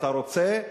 אתה רוצה,